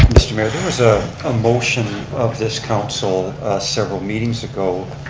mr. mayor there was ah a motion of this council several meetings ago